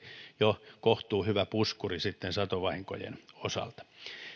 jo kohtuuhyvä puskuri satovahinkojen osalta